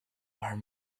are